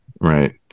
right